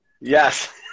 Yes